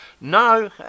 No